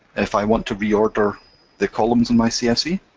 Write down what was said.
if i want to reorder the columns in my csv,